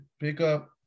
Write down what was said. pickup